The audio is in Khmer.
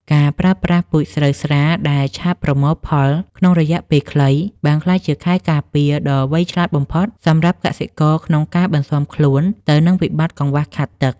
ការប្រើប្រាស់ពូជស្រូវស្រាលដែលឆាប់ប្រមូលផលក្នុងរយៈពេលខ្លី បានក្លាយជាខែលការពារដ៏វៃឆ្លាតបំផុតសម្រាប់កសិករក្នុងការបន្ស៊ាំខ្លួនទៅនឹងវិបត្តិកង្វះខាតទឹក។